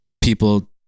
people